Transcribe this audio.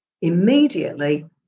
immediately